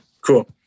cool